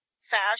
fashion